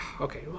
okay